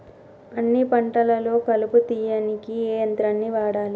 అన్ని పంటలలో కలుపు తీయనీకి ఏ యంత్రాన్ని వాడాలే?